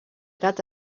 gat